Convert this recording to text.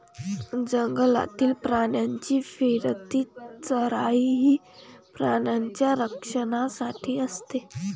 जंगलातील प्राण्यांची फिरती चराई ही प्राण्यांच्या संरक्षणासाठी असते